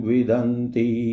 Vidanti